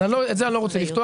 אז את זה אני לא רוצה לפתוח.